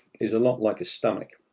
is a lot like a stomach.